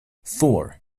four